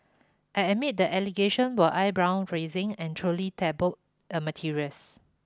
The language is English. I admit the allegation were eyebrow raising and truly tabloid a materials